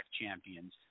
champions